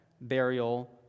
burial